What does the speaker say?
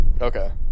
Okay